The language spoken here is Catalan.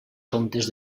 comtes